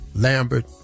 Lambert